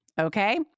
Okay